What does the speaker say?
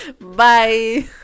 Bye